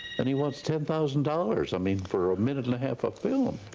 and he wants ten thousand dollars, i mean for a minute and a half of film.